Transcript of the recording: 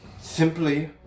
simply